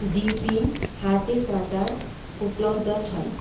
DP हाते काँटा उपलब्ध छन्